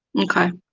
okay,